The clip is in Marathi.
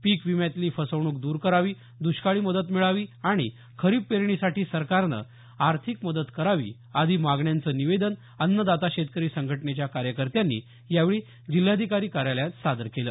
पिक विम्यातली फसवणूक द्र करावी द्ष्काळी मदत मिळावी आणि खरीप पेरणीसाठी सरकारनं आर्थिक मदत करावी आदी मागण्यांचं निवेदन अन्नदाता शेतकरी संघटनेच्या कार्यकत्यांनी यावेळी जिल्हाधिकारी कार्यालयात सादर केलं